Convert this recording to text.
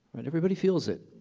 right, everybody feels it.